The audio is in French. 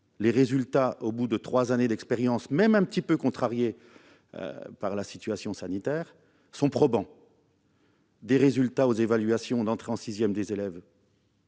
les résultats au bout de trois années d'expérimentation, même un peu contrariées du fait de la situation sanitaire, sont probants. Les résultats aux évaluations d'entrée en sixième des élèves